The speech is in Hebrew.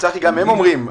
צחי, גם הם אומרים.